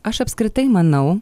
aš apskritai manau